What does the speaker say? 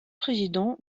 président